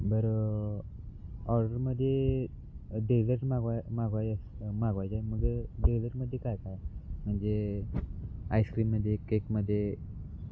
बरं ऑर्डरमध्ये डेझर्ट मागवाय मागवायचं मागवायचं आहे मग डेझर्टमध्ये काय काय असतं म्हणजे आईस्क्रीममध्ये केकमध्ये